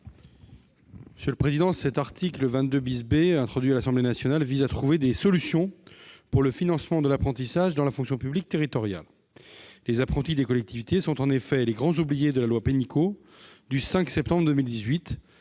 de la commission ? L'article 22 B, introduit à l'Assemblée nationale, vise à trouver des solutions pour le financement de l'apprentissage dans la fonction publique territoriale. Les apprentis des collectivités sont en effet les grands oubliés de la loi Pénicaud du 5 septembre 2018.